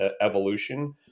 evolution